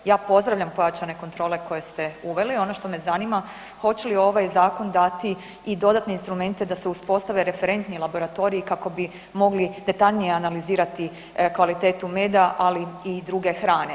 Ja pozdravljam pojačane kontrole koje ste uveli, ono što me zanima, hoće li ovaj zakon dati i dodatne instrumente da se uspostave referentni laboratoriji kako bi mogli detaljnije analizirati kvalitetu meda, ali i druge hrane.